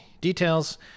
details